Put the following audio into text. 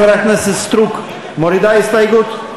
חברת הכנסת סטרוק, מורידה הסתייגות?